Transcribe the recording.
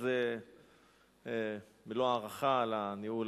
אז מלוא ההערכה על הניהול